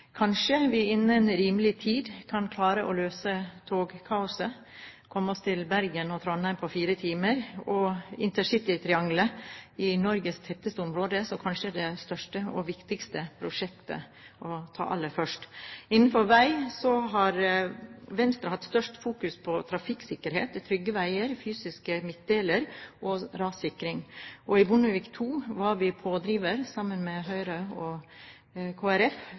Kanskje vi innen rimelig tid kan klare å løse togkaoset og komme oss til Bergen og Trondheim på fire timer – og intercitytriangelet i Norges tettest befolkede område er kanskje det største og viktigste prosjektet å ta aller først. Innenfor vei har Venstre hatt størst fokusering på trafikksikkerhet, trygge veier, fysiske midtdelere og rassikring. Under Bondevik II var vi pådrivere sammen med Høyre og